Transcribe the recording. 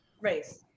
race